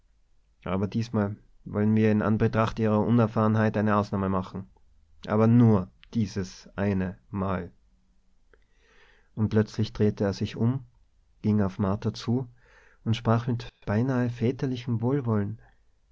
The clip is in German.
aber diesmal wollen wir in anbetracht ihrer unerfahrenheit eine ausnahme machen aber nur dieses eine mal und plötzlich drehte er sich um ging auf martha zu und sprach mit beinahe väterlichem wohlwollen